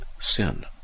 sin